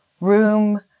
room